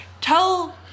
tell